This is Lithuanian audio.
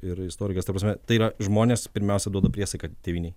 ir istorikas ta prasme tai yra žmonės pirmiausia duoda priesaiką tėvynei